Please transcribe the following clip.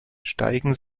steigen